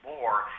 more